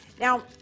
Now